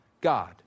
God